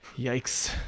yikes